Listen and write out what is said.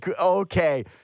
okay